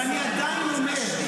ואני עדיין אומר.